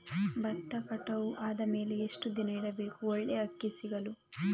ಭತ್ತ ಕಟಾವು ಆದಮೇಲೆ ಎಷ್ಟು ದಿನ ಇಡಬೇಕು ಒಳ್ಳೆಯ ಅಕ್ಕಿ ಸಿಗಲು?